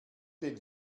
denn